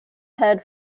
head